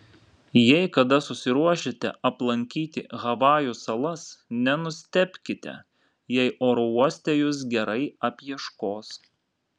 jei kada susiruošite aplankyti havajų salas nenustebkite jei oro uoste jus gerai apieškos